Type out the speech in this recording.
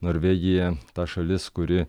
norvegija ta šalis kuri